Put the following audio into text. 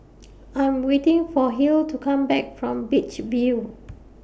I'm waiting For Hill to Come Back from Beach View